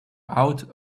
out